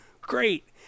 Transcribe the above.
great